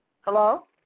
Hello